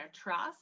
trust